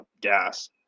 gas